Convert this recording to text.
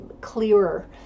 clearer